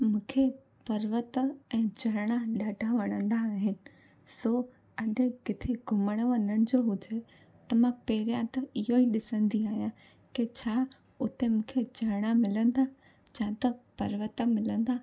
मूंखे परवत ऐं झरणा ॾाढा वणंदा आहिनि सो अने किथे घुमण वञनि जो हुजे त मां पहिरियों त इहो ही ॾिसंदी आहियां के छा हुते मूंखे झरणा मिलनि था छा त परवत मिलंदा